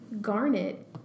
Garnet